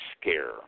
scare